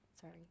Sorry